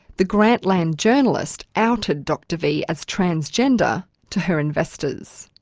the grantland journalist outed dr v as transgender to her investors.